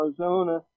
Arizona